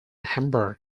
hamburg